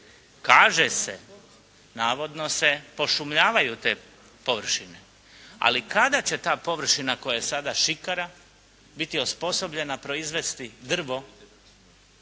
Kaže se, navodno se pošumljavaju te površine. Ali kada će ta površina koja je sada šikara biti osposobljena proizvesti drvo